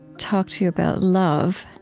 talk to you about love.